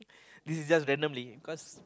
this is just randomly cause